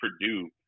Purdue